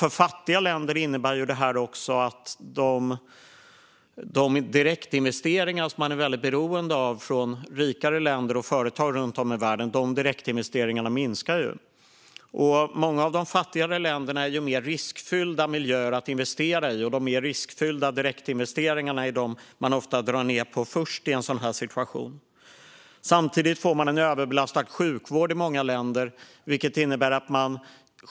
För fattiga länder innebär det också att de direktinvesteringar från rikare länder och företag runt om i världen som man är väldigt beroende av minskar. Många av de fattigare länderna är också mer riskfyllda miljöer att investera i, och de mer riskfyllda direktinvesteringarna är de man ofta drar ned på först i en sådan här situation. Samtidigt får man en överbelastad sjukvård i många länder.